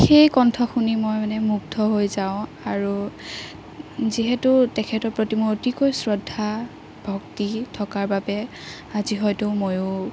সেই কণ্ঠ শুনি মই মানে মুগ্ধ হৈ যাওঁ আৰু যিহেতু তেখেতৰ প্ৰতি মোৰ অতিকৈ শ্ৰদ্ধা ভক্তি থকাৰ বাবে আজি হয়তো ময়ো